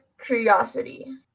curiosity